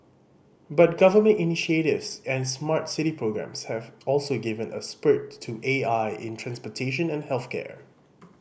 but government initiatives and smart city programs have also given a spurt to A I in transportation and health care